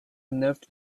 enough